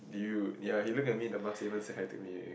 dude ya he look at me the mask even say hi to me already